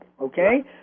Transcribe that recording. okay